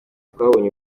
twabonye